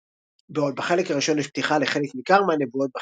בעוד בחלק הראשון יש פתיחה לחלק ניכר מהנבואות,